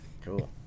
cool